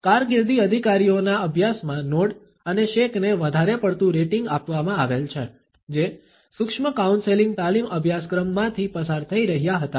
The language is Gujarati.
કારકિર્દી અધિકારીઓના અભ્યાસમાં નોડ અને શેકને વધારે પડતું રેટિંગ આપવામાં આવેલ છે જે સૂક્ષ્મ કાઉન્સેલિંગ તાલીમ અભ્યાસક્રમમાંથી પસાર થઈ રહ્યા હતાં